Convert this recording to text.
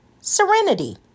serenity